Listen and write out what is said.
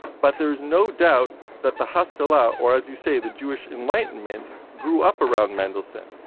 but there is no doubt that the hascalah, or as you say, the jewish enlightenment, grew up around mendelssohn,